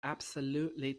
absolutely